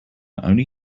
only